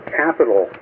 capital